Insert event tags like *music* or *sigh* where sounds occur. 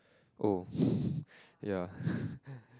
oh *breath* ya *breath*